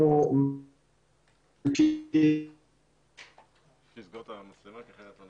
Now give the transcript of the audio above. אנחנו כמשרד לביטחון פנים, יש לנו הרבה דיווחים